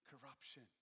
corruption